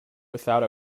without